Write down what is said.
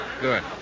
Good